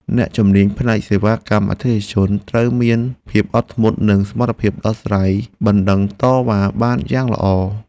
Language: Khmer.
អ្នកជំនាញផ្នែកសេវាកម្មអតិថិជនត្រូវមានភាពអត់ធ្មត់ និងសមត្ថភាពដោះស្រាយបណ្តឹងតវ៉ាបានយ៉ាងល្អ។